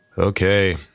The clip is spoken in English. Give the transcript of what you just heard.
Okay